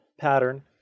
pattern